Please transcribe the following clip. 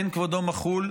אין כבודו מחול,